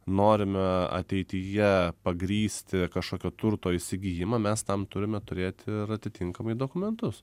norime ateityje pagrįsti kažkokio turto įsigijimą mes tam turime turėti ir atitinkamai dokumentus